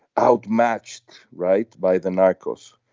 outmatched right by the narcos.